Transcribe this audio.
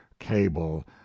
Cable